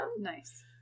Nice